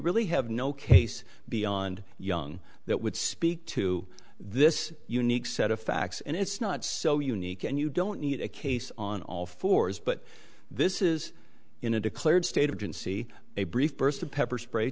really have no case beyond young that would speak to this unique set of facts and it's not so unique and you don't need a case on all fours but this is in a declared state agency a brief burst of pepper spray